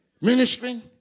ministry